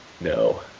No